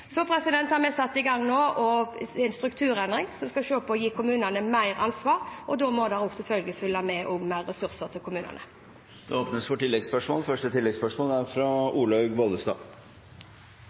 har vi satt i gang en strukturendring som skal se på det å gi kommunene mer ansvar, og da må det selvfølgelig også følge med mer ressurser til kommunene. Det åpnes for oppfølgingsspørsmål – først Olaug Bollestad.